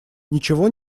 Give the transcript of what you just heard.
ничего